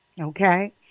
Okay